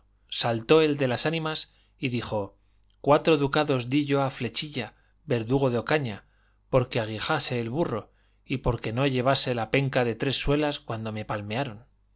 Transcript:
saltó el de las ánimas y dijo cuatro ducados di yo a flechilla verdugo de ocaña porque aguijase el burro y porque no llevase la penca de tres suelas cuando me palmearon